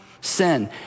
sin